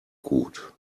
gut